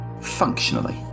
functionally